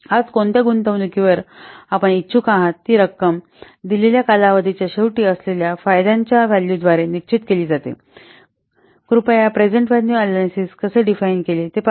आज कोणत्या गुंतवणुकीवर आपण इच्छुक आहात ती रक्कम दिलेल्या कालावधीच्या शेवटी असलेल्या फायद्यांच्या व्हॅल्यूद्वारे निश्चित केली जाते कृपया प्रेझेन्ट व्हॅल्यू अनॅलिसिस कसे डिफाईन केले ते पहा